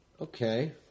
Okay